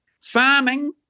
farming